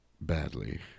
Badly